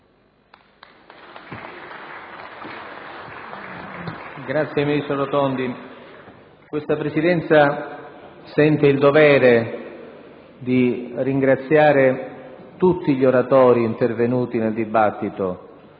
ringrazio, ministro Rotondi. Questa Presidenza sente il dovere di ringraziare tutti gli oratori intervenuti nel dibattito